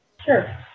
Sure